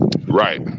right